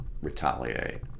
retaliate